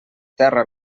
terra